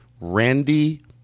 Randy